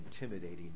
intimidating